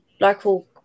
local